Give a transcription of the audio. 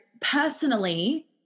personally